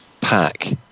pack